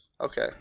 okay